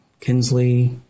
Kinsley